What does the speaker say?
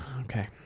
Okay